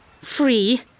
free